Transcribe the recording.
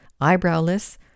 eyebrowless